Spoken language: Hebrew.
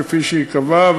כפי שייקבע,